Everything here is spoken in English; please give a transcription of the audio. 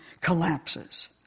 collapses